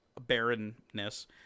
barrenness